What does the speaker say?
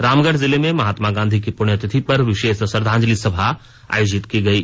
रामगढ़ जिले में महात्मा गांधी की पुण्यतिथि पर विशेष श्रद्धांजलि सभा आयोजित की गयी